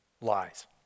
lies